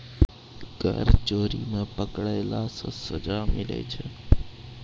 कर चोरी मे पकड़ैला से सजा मिलै छै